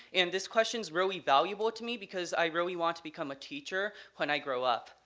and this question is really value able to me because i really want to become a teacher when i grow up.